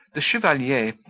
the chevalier,